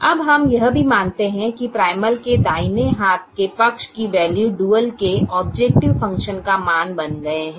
अब हम यह भी मानते हैं कि प्राइमल के दाहिने हाथ के पक्ष की वैल्यू डुअल के ऑबजेकटिव फ़ंक्शन का मान बन गए हैं